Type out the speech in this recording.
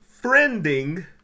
friending